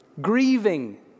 grieving